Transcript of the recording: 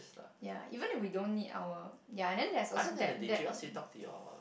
ya even if we don't need our ya then there's also that that